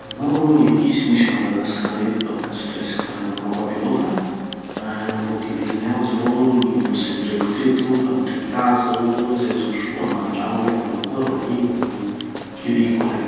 Maro aloha gn'épices misy a madagasikara eto da presque presque fa nandramako aby avao fa ah gny boka ivelany agny zao gny mbo tsy nireko teto: paprica zao, zay zao soa mba andrama hoe manao akory gn'ahiny vo gny curry koa raiky.